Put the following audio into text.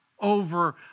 over